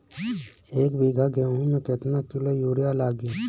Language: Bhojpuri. एक बीगहा गेहूं में केतना किलो युरिया लागी?